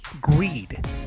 greed